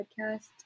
podcast